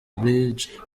bridge